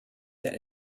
that